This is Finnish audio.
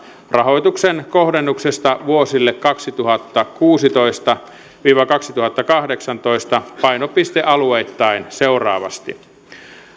rahoituksen kohdennuksesta vuosille kaksituhattakuusitoista viiva kaksituhattakahdeksantoista painopistealueittain seuraavasti